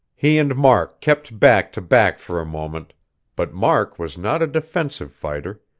he and mark kept back to back for a moment but mark was not a defensive fighter.